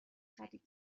خریدیم